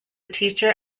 teacher